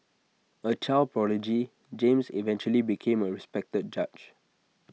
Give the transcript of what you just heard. A child prodigy James eventually became A respected judge